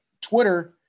Twitter